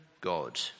God